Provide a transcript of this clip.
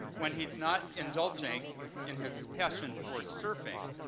when he's not indulging and his passion for surfing,